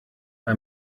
bei